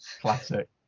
Classic